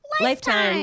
lifetime